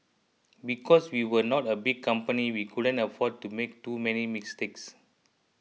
because we were not a big company we couldn't afford to make too many mistakes